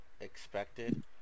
expected